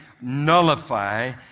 nullify